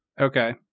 Okay